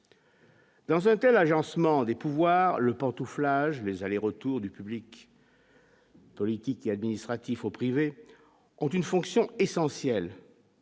Dans un tas d'agencement des pouvoirs le pantouflage mes allers-retours du public. Politique et administratif au privé, ont une fonction essentielle.